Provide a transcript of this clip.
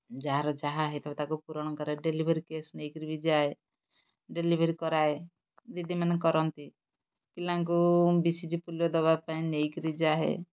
ଯାହାର ଯାହା ହେଇଥିବ ତାକୁ ପୂରଣ କରେ ଡେଲିଭରି କେସ୍ ନେଇକିରି ବି ଯାଏ ଡେଲିଭରି କରାଏ ଦିଦିମାନେ କରନ୍ତି ପିଲାଙ୍କୁ ବିଶିଜି ପୋଲିଓ ଦେବା ପାଇଁ ନେଇକିରି ଯାଏ